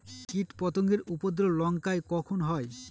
কীটপতেঙ্গর উপদ্রব লঙ্কায় কখন হয়?